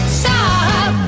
stop